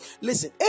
listen